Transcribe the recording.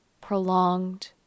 prolonged